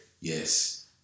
Yes